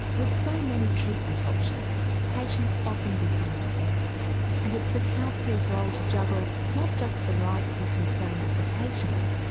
with so many treatment options patients often become obsessed and it's the counsellor's role to juggle not just the rights and concerns of the patients,